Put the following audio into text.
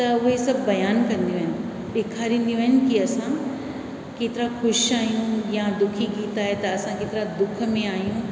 त उहे सभु बयानु कंदियूं आहिनि ॾेखारींदियूं आहिनि कि असां केतिरा ख़ुशि आहियूं या दुखी गीत आहे त असां हिकु दुख में आहियूं